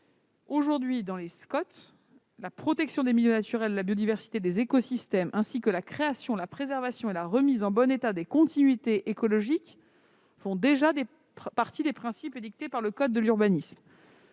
loi. Actuellement, la protection des milieux naturels, de la biodiversité, des écosystèmes, ainsi que la création, la préservation et la remise en bon état des continuités écologiques font déjà partie des principes édictés par le code de l'urbanisme